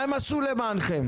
מה הם עשו למענכם?